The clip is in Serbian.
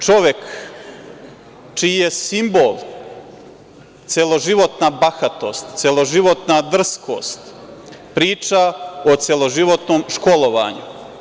Čovek čiji je simbol celoživotna bahatost, celoživotna drskost, priča o celoživotnom školovanju.